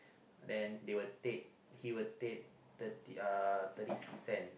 then they will take he will take thirty uh thirty cent